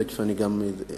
תיכף אני גם אגיד,